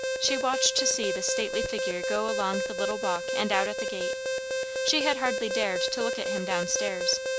she watched to see the stately figure go along the little walk and out at the gate she had hardly dared to look at him down-stairs.